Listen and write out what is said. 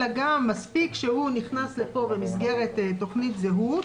אלא גם מספיק שהוא נכנס לפה במסגרת תוכנית זהות